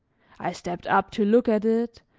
i stepped up to look at it,